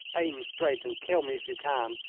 aim straight and kill me if you can,